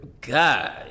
god